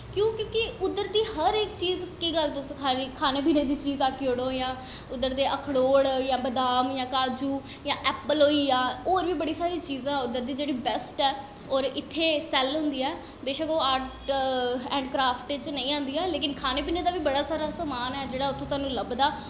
क्यों क्योंकि उद्धर दी हर इक चीज तुस खाने पीने दी चीज आक्खी ओड़ो जां उद्धर दे अखरोड़ जां बदाम जा काज़ू जां ऐपल होईया होर बी बड़ियां सारियां चीजां न जेह्ड़ियां बैस्ट न इत्थै सैल्ल होंदियां बेशक्क ओह् आर्ट ऐंड़ क्राफ्ट च नेईं आंदियां खाने पीने दा बी बड़ा सारा समान ऐ जेह्ड़ा तोआनू उत्थै लब्भदा